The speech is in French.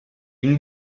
une